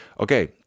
Okay